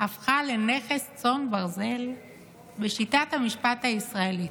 הפכה לנכס צאן ברזל בשיטת המשפט הישראלית".